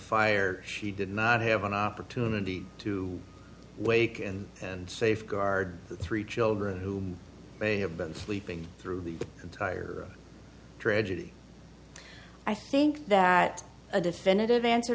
fire she did not have an opportunity to wake in and safeguard the three children who may have been sleeping through the entire tragedy i think that a definitive answer